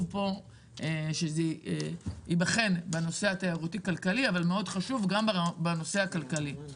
שזה ייבחן בהיבט התיירותי כלכלי אבל חשוב שזה ייבחן גם בהיבט הכלכלי.